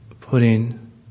putting